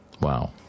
wow